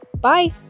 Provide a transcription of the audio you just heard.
bye